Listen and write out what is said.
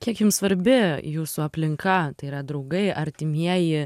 kiek jums svarbi jūsų aplinka tai yra draugai artimieji